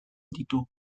ditu